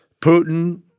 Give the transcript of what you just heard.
Putin